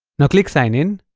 now click sign-in